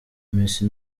messi